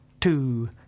two